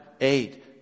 eight